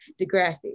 Degrassi